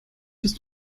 ist